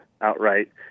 outright